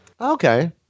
Okay